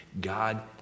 God